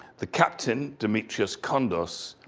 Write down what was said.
the captain, dimitrios kondos,